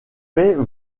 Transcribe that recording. faits